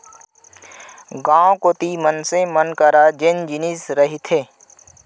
गाँव कोती मनसे मन करा जेन जिनिस रहिथे